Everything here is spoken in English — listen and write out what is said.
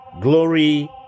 glory